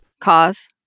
Cause